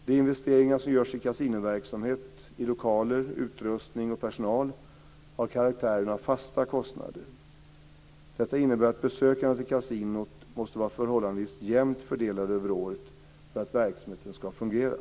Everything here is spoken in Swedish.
De investeringar som görs i kasinoverksamhet, lokaler, utrustning och personal, har karaktären av fasta kostnader. Detta innebär att besökarna till kasinot måste vara förhållandevis jämnt fördelade över året för att verksamheten ska fungera.